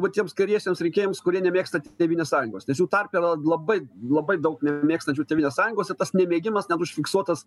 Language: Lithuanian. va tiems kairiesiems rinkėjams kurie nemėgsta tėvynės sąjungos nes jų tarpe yra labai labai daug nemėgstančių tėvynės sąjungos ir tas nemėgimas net užfiksuotas